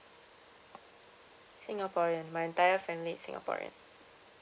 singaporean my entire family is singaporean